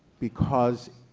because